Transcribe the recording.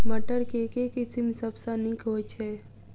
मटर केँ के किसिम सबसँ नीक होइ छै?